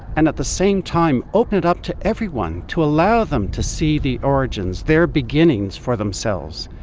and at the same time open it up to everyone to allow them to see the origins, their beginnings for themselves,